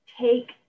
take